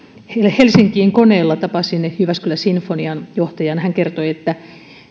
helsinkiin koneella tapasin jyväskylä sinfonian johtajan hän kertoi että